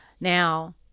Now